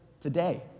today